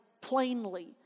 plainly